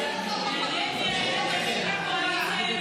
מזוין נגד מדינת ישראל (תיקוני חקיקה),